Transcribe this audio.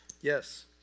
yes